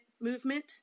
movement